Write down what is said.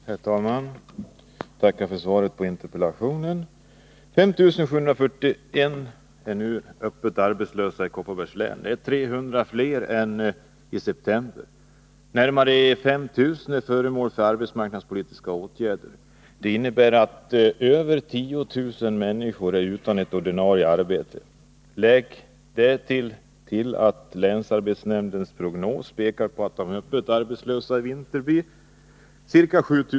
Herr talman! Jag tackar för svaret på interpellationen. 5 741 personer är nu öppet arbetslösa i Kopparbergs län. Det är 300 fler än i september. Närmare 5 000 är föremål för arbetsmarknadspolitiska åtgärder. Det innebär att över 10 000 människor nu är utan ett ordinarie arbete. Lägg därtill att länsarbetsnämndens prognos pekar på att de öppet arbetslösa i vinter blir ca 7 000.